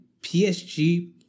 psg